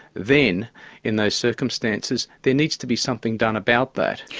then in those circumstances, there needs to be something done about that.